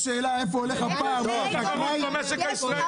פשוט אין שום תחרות במשק הישראלי.